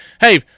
Hey